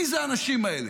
מי האנשים האלה?